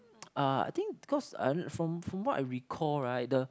uh I think cause I from from what I recall right the